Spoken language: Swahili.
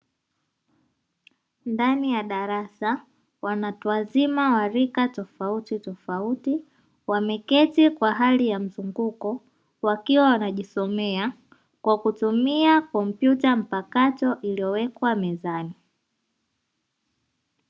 Ndani ya darasa watu wazima wa rika tofautitofauti wameketi kwa hali ya mzunguko wakiwa wanajisomea kwa kutumia kompyuta mpakato iliyowekwa mezani.